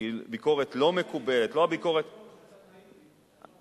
שהיא ביקורת לא מקובלת, לא הביקורת, אתה נאיבי.